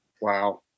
Wow